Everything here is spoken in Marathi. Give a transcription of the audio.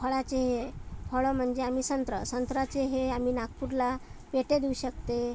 फळाचे फळं म्हणजे आम्ही संत्रं संत्र्याचे हे आम्ही नागपूरला पेट्या देऊ शकतो